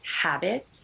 habits